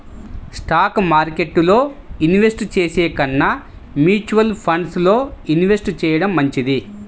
stock మార్కెట్టులో invest చేసే కన్నా మ్యూచువల్ ఫండ్స్ లో ఇన్వెస్ట్ చెయ్యడం మంచిది